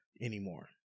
anymore